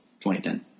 2010